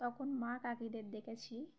তখন মা কাকিদের দেখেছি